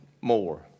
more